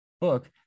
book